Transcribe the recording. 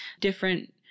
different